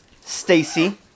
Stacy